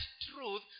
truth